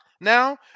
now